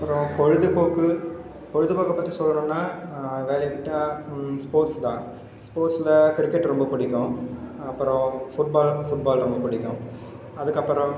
அப்புறம் பொழுது போக்கு பொழுது போக்கை பற்றி சொல்லணும்னா வேலையை விட்டால் ஸ்போட்ர்ஸ் தான் ஸ்போர்ட்ஸில் கிரிக்கெட் ரொம்ப பிடிக்கும் அப்புறம் ஃபுட் பால் ஃபுட் பால் ரொம்ப பிடிக்கும் அதுக்கப்புறம்